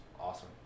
awesome